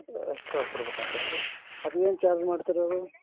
ಎಷ್ಟು ಕೊಡ್ಬೇಕು ಆಗ್ತೈತ್ರಿ ಅದೇನು ಚಾರ್ಜ್ ಮಾಡ್ತೀರಿ ಅವು